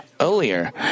Earlier